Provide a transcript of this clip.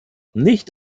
nicht